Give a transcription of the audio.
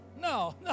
No